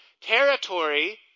Territory